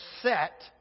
set